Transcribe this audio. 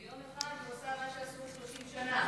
ביום אחד הוא עשה מה שעשו 30 שנה.